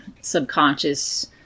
subconscious